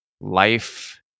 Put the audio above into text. life